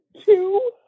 two